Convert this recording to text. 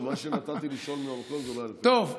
טוב,